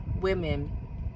women